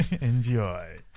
Enjoy